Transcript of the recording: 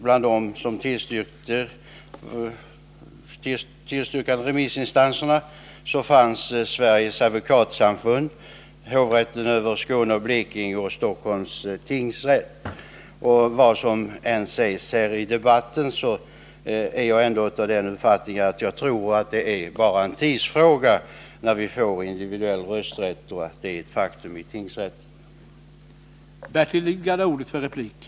Bland dem som tillstyrkte fanns Sveriges Advokatsamfund, hovrätten för Skåne och Blekinge och Stockholms ringsrätt. Vad som än sägs här i debatten tror jag ändå att det bara är en tidsfråga innan individuell rösträtt i tingsrätten är ett faktum.